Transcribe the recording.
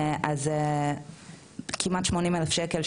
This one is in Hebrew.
אז כמעט 80 אלף שקלים,